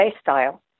style